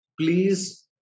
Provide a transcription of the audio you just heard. please